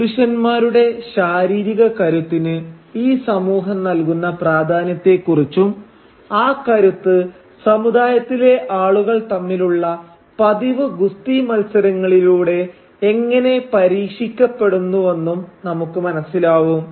പുരുഷന്മാരുടെ ശാരീരിക കരുത്തിന് ഈ സമൂഹം നൽകുന്ന പ്രാധാന്യത്തെക്കുറിച്ചും ആ കരുത്ത് സമുദായത്തിലെ ആളുകൾ തമ്മിലുള്ള പതിവ് ഗുസ്തിമത്സരങ്ങളിലൂടെ എങ്ങനെ പരീക്ഷിക്കപ്പെടുന്നുവെന്നും നമുക്ക് മനസ്സിലാവും